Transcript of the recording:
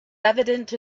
evident